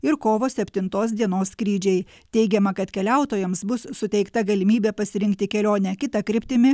ir kovo septintos dienos skrydžiai teigiama kad keliautojams bus suteikta galimybė pasirinkti kelionę kita kryptimi